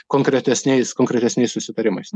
konkretesniais konkretesniais susitarimais